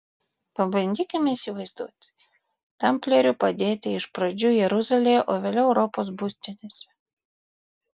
pabandykime įsivaizduoti tamplierių padėtį iš pradžių jeruzalėje o vėliau europos būstinėse